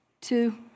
two